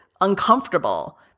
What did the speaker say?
uncomfortable